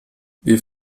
wir